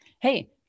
hey